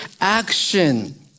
action